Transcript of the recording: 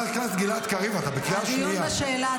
גלעד קריב, אתה בקריאה שנייה.